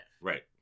Right